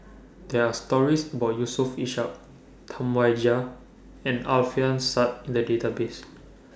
There Are stories about Yusof Ishak Tam Wai Jia and Alfian Sa'at in The Database